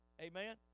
Amen